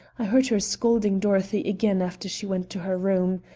i heard her scolding dorothy again after she went to her room.